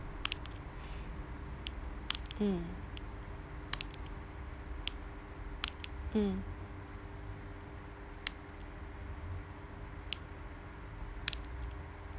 mm mm